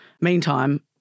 meantime